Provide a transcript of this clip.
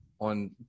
on